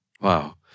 Wow